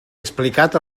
explicat